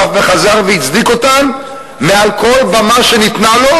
ואף חזר והצדיק אותן מעל כל במה שניתנה לו,